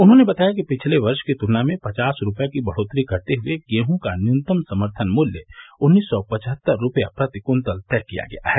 उन्होंने बताया कि पिछले वर्ष की तुलना में पचास रूपये की बढ़ोत्तरी करते हुये गेहूँ का न्यूनतम समर्थन मूल्य उन्नीस सौ पचहत्तर रूपया प्रति कुंतल तय किया गया है